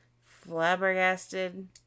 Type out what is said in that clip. Flabbergasted